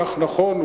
כך נכון,